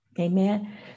Amen